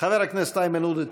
חבר הכנסת איימן עודה,